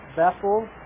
vessels